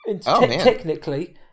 technically